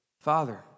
Father